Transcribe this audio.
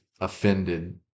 offended